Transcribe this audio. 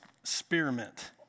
experiment